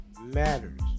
matters